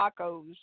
tacos